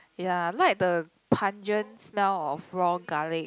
ya I like the pungent smell of raw garlic